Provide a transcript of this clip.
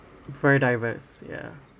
very diverse yeah